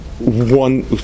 one